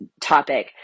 topic